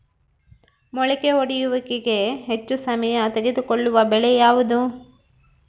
ಮೊಳಕೆ ಒಡೆಯುವಿಕೆಗೆ ಹೆಚ್ಚು ಸಮಯ ತೆಗೆದುಕೊಳ್ಳುವ ಬೆಳೆ ಯಾವುದು?